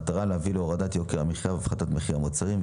במטרה להביא להורדת יוקר המחיה והפחתת מחיר המוצרים,